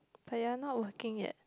but you are not working yet